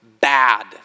Bad